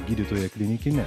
gydytoja klinikine